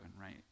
right